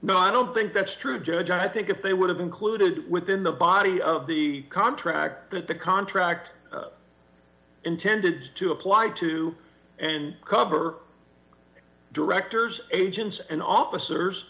but i don't think that's true judge i think if they would have included within the body of the contract that the contract intended to apply to and cover directors agents and officers